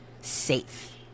safe